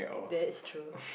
that's true